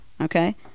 okay